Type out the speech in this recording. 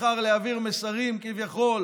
בחר להעביר מסרים שכביכול